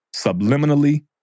subliminally